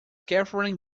katherine